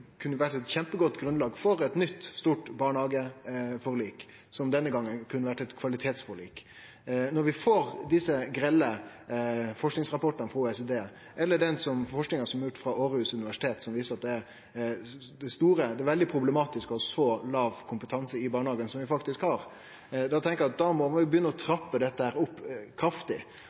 kunne hatt eit kjempegodt grunnlag for eit nytt stort barnehageforlik, som denne gongen kunne blitt eit kvalitetsforlik. Når vi får desse grelle forskingsrapportane frå OECD, eller forskinga som er gjord ved Aarhus Universitet, som viser at det er veldig problematisk å ha så låg kompetanse i barnehagen som vi faktisk har, tenkjer eg at vi må begynne å